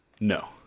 No